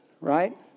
right